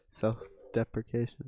Self-deprecation